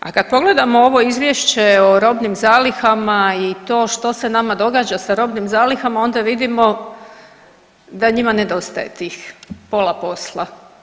A kad pogledamo ovo Izvješće o robnim zalihama i to što se nama događa sa robnim zalihama, onda vidimo da njima nedostaje tih pola posla.